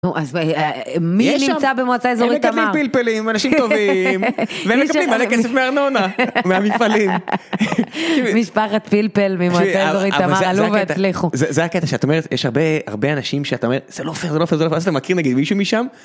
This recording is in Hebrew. נו. אז מי, יש שם, נמצא במועצה אזורית תמר? הם מגדלים פלפלים, אנשים טובים, והם מקבלים מלא כסף מארנונה, מהמפעלים. משפחת פלפל ממועצה אזורית תמר עלו והצליחו. זה הקטע שאת אומרת, יש הרבה, הרבה אנשים שאתה אומר, זה לא פייר, זה לא פייר, זה לא פייר, ואז אתה מכיר נגיד מישהו משם?